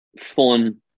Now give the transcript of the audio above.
fun